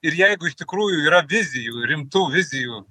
ir jeigu iš tikrųjų yra vizijų rimtų vizijų